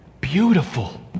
Beautiful